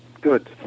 Good